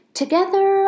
together